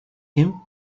him